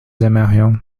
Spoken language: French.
aimerions